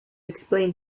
explain